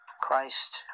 Christ